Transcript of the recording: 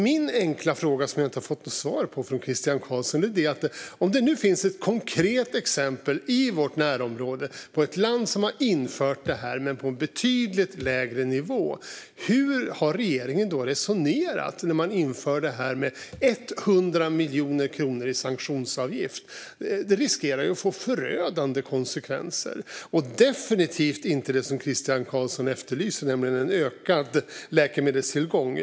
Min enkla fråga, som jag inte har fått något svar på från Christian Carlsson, är: När det nu finns ett konkret exempel på ett land i vårt närområde som har infört detta men på betydligt lägre nivå, hur har regeringen resonerat när man inför detta med 100 miljoner kronor i sanktionsavgift? Det riskerar ju att få förödande konsekvenser. Det leder definitivt inte till det Christian Carlsson efterlyser, det vill säga en ökad läkemedelstillgång.